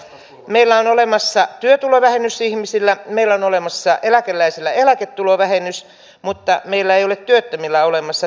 meillä on olemassa työtulovähennys ihmisillä meillä on olemassa eläkeläisillä eläketulovähennys mutta meillä ei ole työttömillä olemassa